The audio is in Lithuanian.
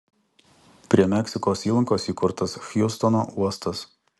prie meksikos įlankos įkurtas hjustono uostas